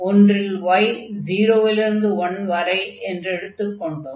ஒன்றில் y 0 லிருந்து 1 வரை என்று எடுத்துக் கொண்டோம்